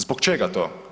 Zbog čega to?